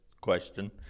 question